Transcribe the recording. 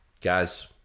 guys